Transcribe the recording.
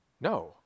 No